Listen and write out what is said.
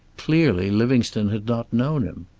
clearly livingstone had not known him.